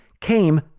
came